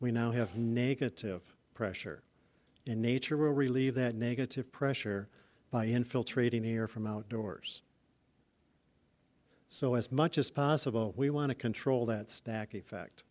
we now have negative pressure in nature will relieve that negative pressure by infiltrating air from outdoors so as much as possible we want to control that stack